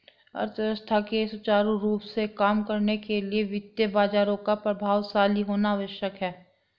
अर्थव्यवस्था के सुचारू रूप से काम करने के लिए वित्तीय बाजारों का प्रभावशाली होना आवश्यक है